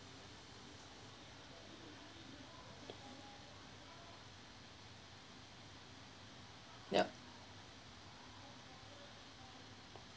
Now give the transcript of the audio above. yup